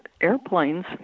airplanes